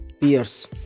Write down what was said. Pierce